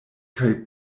kaj